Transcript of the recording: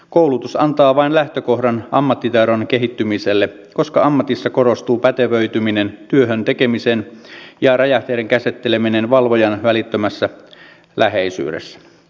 koulutus antaa vain lähtökohdan ammattitaidon kehittymiselle koska ammatissa korostuu pätevöityminen työhön tekemisen kautta ja räjähteiden käsitteleminen valvojan välittömässä läheisyydessä